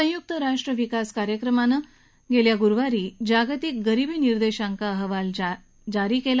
संयुक्त राष्ट्र विकास कार्यक्रमानं गेल्या गुरुवारी जागतिक गरीबी निर्देशांक अहवाल जारी केला